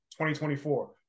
2024